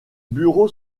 bureau